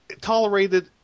tolerated